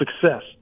success